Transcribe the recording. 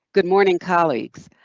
good morning colleagues.